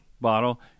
bottle